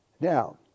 Now